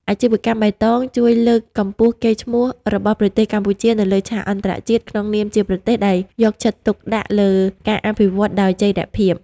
អាជីវកម្មបៃតងជួយលើកកម្ពស់កេរ្តិ៍ឈ្មោះរបស់ប្រទេសកម្ពុជានៅលើឆាកអន្តរជាតិ ក្នុងនាមជាប្រទេសដែលយកចិត្តទុកដាក់លើការអភិវឌ្ឍដោយចីរភាព។